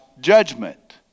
judgment